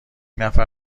نفر